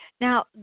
Now